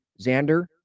Xander